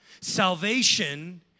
Salvation